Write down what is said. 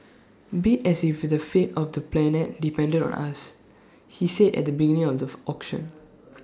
bid as if the fate of the planet depended on us he said at the beginning of the auction